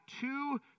two